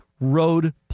road